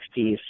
60s